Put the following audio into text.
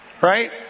Right